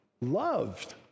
Loved